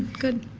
good.